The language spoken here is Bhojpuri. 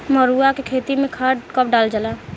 मरुआ के खेती में खाद कब डालल जाला?